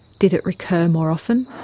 did it recur more often?